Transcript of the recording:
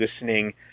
listening